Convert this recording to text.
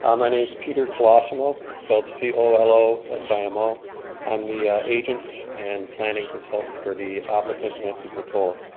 um my name's peter colosimo, that's spelled c o l o s i m o. i am the ah agent and planning consultant for the applicant, nancy grotolla.